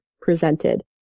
presented